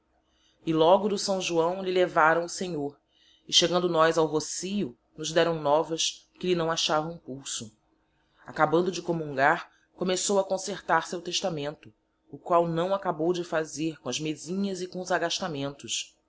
e logo do saõ giaõ lhe leváraõ o senhor e chegando nós ao rossio nos deraõ novas que lhe naõ achavaõ pulso acabando de comungar começou a concertar seu testamento o qual naõ acabou de fazer com as mezinhas e com os agastamentos